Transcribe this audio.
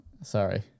Sorry